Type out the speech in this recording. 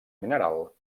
mineral